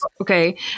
Okay